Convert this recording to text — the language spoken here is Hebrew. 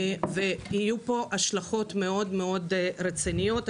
יהיו פה השלכות מאוד מאוד רציניות.